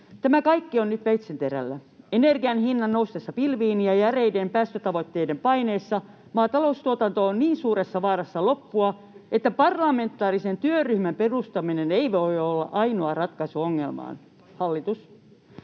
Tämä kaikki on nyt veitsenterällä. Energianhinnan noustessa pilviin ja järeiden päästötavoitteiden paineissa maataloustuotanto on niin suuressa vaarassa loppua, että parlamentaarisen työryhmän perustaminen ei voi olla ainoa ratkaisu ongelmaan, hallitus.